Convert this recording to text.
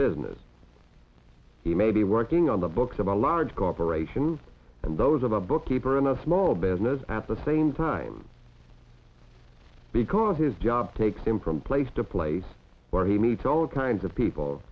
business he may be working on the books of a large corporation and those of a bookkeeper in a small business at the same time because his job takes him from place to place where he meets all kinds of people